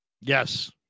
Yes